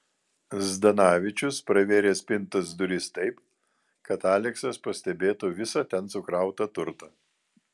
zdanavičius pravėrė spintos duris taip kad aleksas pastebėtų visą ten sukrautą turtą